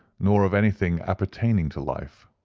nor of anything appertaining to life.